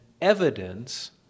evidence